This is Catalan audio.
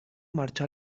marxà